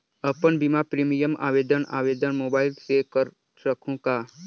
अपन बीमा प्रीमियम आवेदन आवेदन मोबाइल से कर सकहुं का?